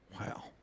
Wow